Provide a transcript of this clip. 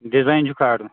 design چھُ کھارُن